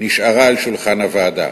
נשארה על שולחן הוועדה.